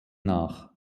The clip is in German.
nach